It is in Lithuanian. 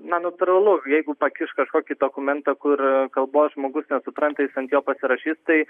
na natūralu jeigu pakiš kažkokį dokumentą kur kalbos žmogus supranta jis ant jo pasirašys tai